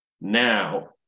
Now